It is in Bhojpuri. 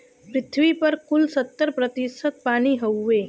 पृथ्वी पर कुल सत्तर प्रतिशत पानी हउवे